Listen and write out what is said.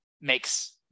makes